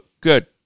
good